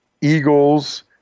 Eagles